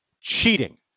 cheating